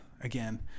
again